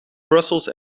brussels